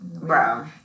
bro